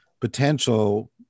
potential